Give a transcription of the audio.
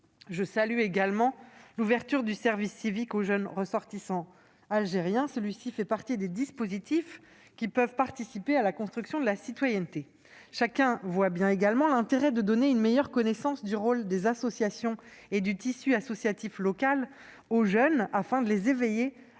Je salue également l'ouverture du service civique aux jeunes ressortissants algériens. Ce dispositif fait partie de ceux qui peuvent participer à la construction de la citoyenneté. Chacun voit bien également l'intérêt de donner aux jeunes une meilleure connaissance du rôle des associations et du tissu associatif local afin de les éveiller à l'engagement